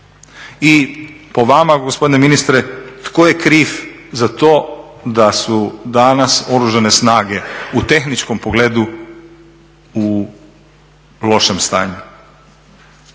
I po vama gospodine ministre tko je kriv za to da su danas Oružane snage u tehničkom pogledu u lošem stanju?